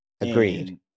agreed